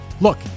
Look